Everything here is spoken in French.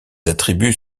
attributs